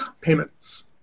payments